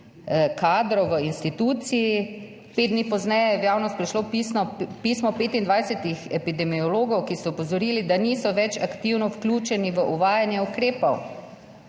kadrov v instituciji. Pet dni pozneje je v javnost prišlo pismo 25 epidemiologov, ki so opozorili, da niso več aktivno vključeni v uvajanje ukrepov